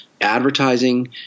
advertising